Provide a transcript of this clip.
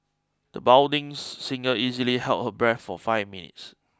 the budding singer easily held her breath for five minutes